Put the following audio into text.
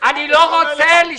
לא פחות מזה.